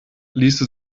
ließe